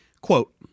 Quote